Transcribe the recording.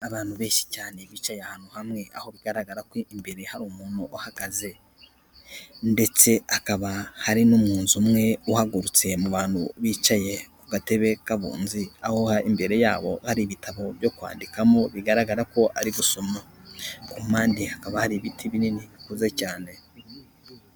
Abantu benshi cyane bicaye ahantu hamwe aho bigaragara ko imbere hari umuntu uhagaze. Ndetse akaba hari no munzu umwe uhagurutse mu bantu bicaye ku gatebe k'abunzi. Aho imbere yabo hari ibitabo byo kwandikamo bigaragara ko ari gusoma. Ku mpande hakaba hari ibiti binini, bikuze cyane.